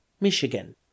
Michigan